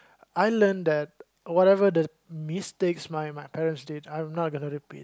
I learnt that whatever the mistakes my my parents did I am not gonna repeat